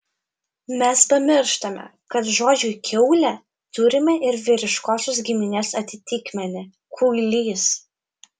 mes pamirštame kad žodžiui kiaulė turime ir vyriškosios giminės atitikmenį kuilys